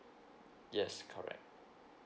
yes correct